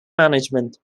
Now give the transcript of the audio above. management